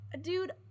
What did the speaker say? dude